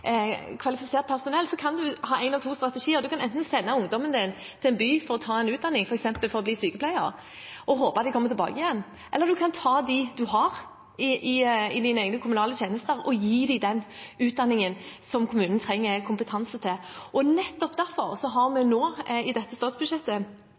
kvalifisert personell, kan man ha én av to strategier – en kan enten sende ungdommen sin til en by for å ta utdanning, f.eks. for å bli sykepleier, og håpe at ungdommen kommer tilbake igjen, eller en kan ta dem man har i sine egne kommunale tjenester og gi dem den utdanningen som kommunen trenger kompetanse til. Nettopp derfor har vi